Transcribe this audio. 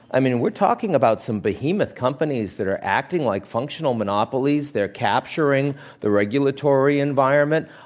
i mean, we're talking about some behemoth companies that are acting like functional monopolies. they're capturing the regulatory environment.